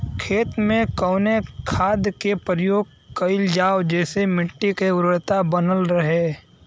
खेत में कवने खाद्य के प्रयोग कइल जाव जेसे मिट्टी के उर्वरता बनल रहे?